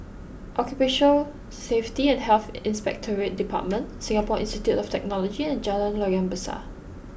Occupational Safety and Health Inspectorate Department Singapore Institute of Technology and Jalan Loyang Besar